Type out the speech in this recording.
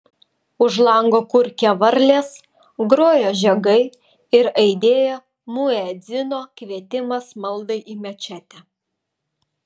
už lango kurkė varlės grojo žiogai ir aidėjo muedzino kvietimas maldai į mečetę